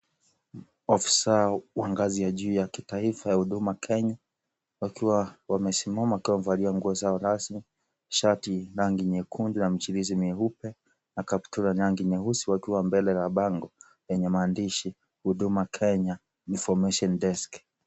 Ofisa wa ngazi ya juu ya kitaifa ya huduma Kenya wakiwa wamesimama wakiwa wamevalia nguo zao rasmi, shati rangi nyekundu ya michirizi mieupe na kaptura rangi nyeusi wakiwa mbele ya bango yenye maandishi huduma Kenya (cs)Information Desk(cs).